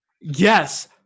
yes